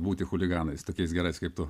būti chuliganais tokiais gerais kaip tu